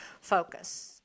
focus